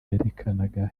berekanaga